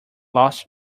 lost